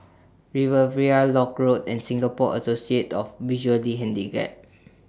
Riviera Lock Road and Singapore Associate of The Visually Handicapped